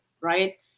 Right